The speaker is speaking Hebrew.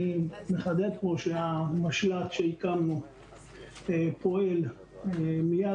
אני מחדד פה שהמשל"ט שהקמנו פועל מיד